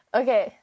okay